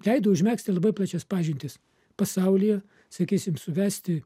leido užmegzti labai plačias pažintis pasaulyje sakysim suvesti